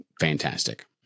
fantastic